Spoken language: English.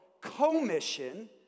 commission